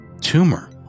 tumor